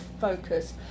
focus